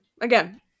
Again